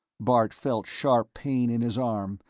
bart felt sharp pain in his arm,